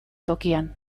tokian